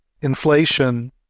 inflation